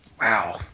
Wow